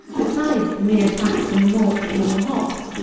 besides the mere tax on the malt and on the hops.